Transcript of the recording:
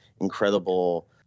incredible